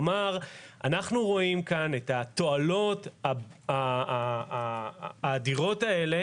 אנחנו רואים כאן את התועלות האדירות האלה